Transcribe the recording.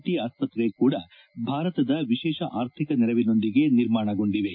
T ಆಸ್ಪತ್ರೆ ಕೂಡ ಭಾರತದ ವಿಶೇಷ ಆರ್ಥಿಕ ನೆರವಿನೊಂದಿಗೆ ನಿರ್ಮಾಣಗೊಂಡಿವೆ